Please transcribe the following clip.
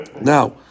Now